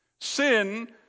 Sin